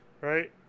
right